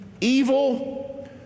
evil